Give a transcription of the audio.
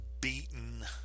beaten